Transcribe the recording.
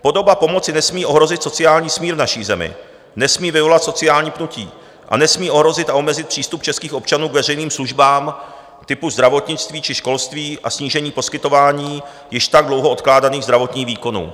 Podoba pomoci nesmí ohrozit sociální smír v naší zemi, nesmí vyvolat sociální pnutí a nesmí ohrozit a omezit přístup českých občanů k veřejným službám typu zdravotnictví či školství a snížit poskytování již tak dlouho odkládaných zdravotních výkonů.